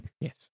yes